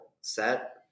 set